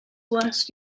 last